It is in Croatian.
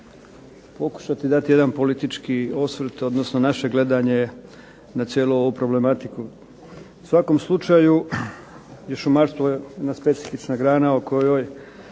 pokušati dati jedan politički osvrt, odnosno naše gledanje na cijelu ovu problematiku. U svakom slučaju šumarstvo je jedna specifična grana o kojoj